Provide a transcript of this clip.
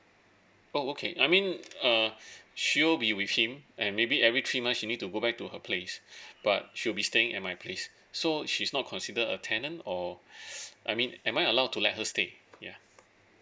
oh okay I mean uh she will be with him and maybe every three months she need to go back to her place but she'll be staying at my place so she's not considered a tenant or I mean am I allowed to let her stay ya